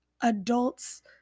adults